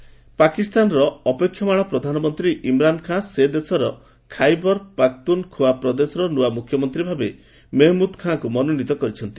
ପାକ୍ ଇମ୍ରାନ୍ ପାକିସ୍ତାନର ଅପେକ୍ଷମାଣ ପ୍ରଧାନମନ୍ତ୍ରୀ ଇମ୍ରାନ୍ ଖାଁ ସେଦେଶର ଖାଇବର୍ ପାଖତୁନ୍ଖୋଆ ପ୍ରଦେଶର ନୃଆ ମୁଖ୍ୟମନ୍ତ୍ରୀ ଭାବେ ମେହମୁଦ୍ ଖାଁଙ୍କୁ ମନୋନୀତ କରିଛନ୍ତି